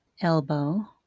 elbow